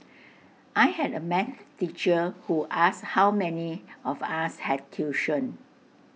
I had A math teacher who asked how many of us had tuition